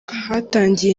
hatangiye